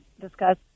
discuss